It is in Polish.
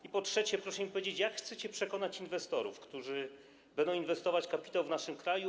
I po trzecie, proszę mi powiedzieć, jak chcecie przekonać inwestorów, tych, którzy będą inwestować kapitał w naszym kraju.